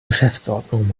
geschäftsordnung